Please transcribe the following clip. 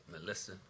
Melissa